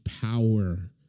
power